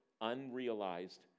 unrealized